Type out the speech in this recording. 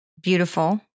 beautiful